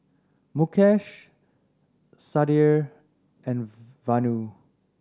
Mukesh Sudhir and Vanu